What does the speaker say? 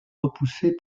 repoussée